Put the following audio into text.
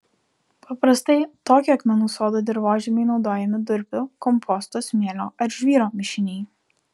paprastai tokio akmenų sodo dirvožemiui naudojami durpių komposto smėlio ar žvyro mišiniai